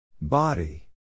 Body